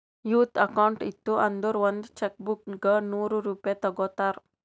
youth account ಇತ್ತು ಅಂದುರ್ ಒಂದ್ ಚೆಕ್ ಬುಕ್ಗ ನೂರ್ ರೂಪೆ ತಗೋತಾರ್